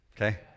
okay